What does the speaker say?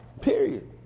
Period